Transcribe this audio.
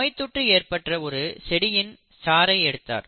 நோய்த்தொற்று ஏற்பட்ட ஒரு செடியின் சாறை எடுத்தார்